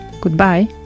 Goodbye